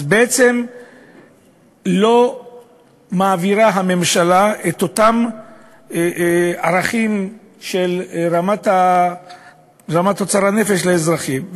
בעצם הממשלה לא מעבירה את אותם ערכים של רמת התוצר לנפש לאזרחים.